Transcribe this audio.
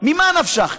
ממה נפשך?